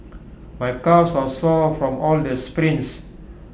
my calves are sore from all the sprints